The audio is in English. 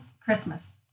Christmas